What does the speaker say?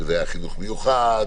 שזה היה חינוך מיוחד,